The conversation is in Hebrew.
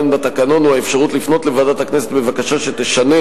בתקנון הוא האפשרות לפנות לוועדת הכנסת בבקשה שתשנה